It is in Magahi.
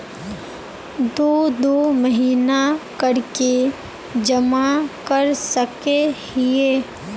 दो दो महीना कर के जमा कर सके हिये?